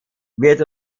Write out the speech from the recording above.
wird